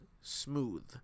smooth